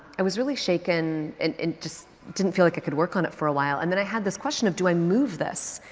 i was really shaken and just didn't feel like i could work on it for a while. and then i had this question of do i move this?